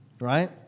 right